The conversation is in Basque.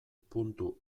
puntu